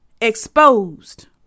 Exposed